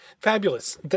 Fabulous